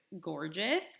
gorgeous